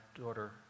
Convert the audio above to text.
daughter